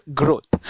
growth